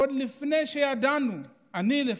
עוד לפני שידענו, אני לפחות,